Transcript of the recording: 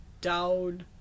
down